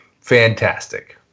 fantastic